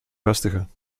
vestigen